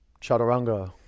chaturanga